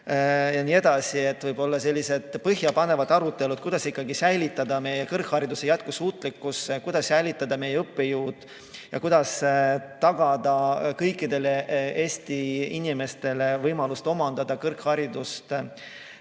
rohkem, aga võib-olla selliseid põhjapanevaid arutelusid, kuidas säilitada meie kõrghariduse jätkusuutlikkust, kuidas hoida meie õppejõude ja kuidas tagada kõikidele Eesti inimestele võimalus omandada kõrgharidust,